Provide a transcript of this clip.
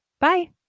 Bye